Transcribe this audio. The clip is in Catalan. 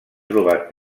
trobat